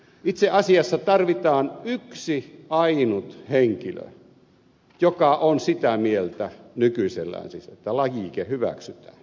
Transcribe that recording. itse asiassa tarvitaan yksi ainut henkilö joka on sitä mieltä nykyisellään siis että lajike hyväksytään